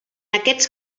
aquests